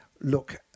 look